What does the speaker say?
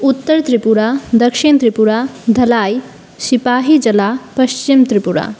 उत्तरत्रिपुरा दक्षिणत्रिपुरा धलाय् शिपाहिजला पश्चिमत्रिपुरा